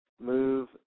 Move